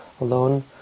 alone